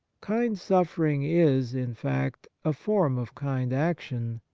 kind suffering is, in fact, a form of kind action,